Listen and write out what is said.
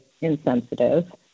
insensitive